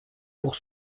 pour